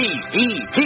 P-E-P